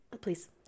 Please